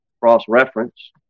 cross-reference